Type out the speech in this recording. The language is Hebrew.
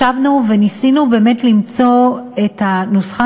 ישבנו וניסינו באמת למצוא את הנוסחה